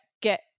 get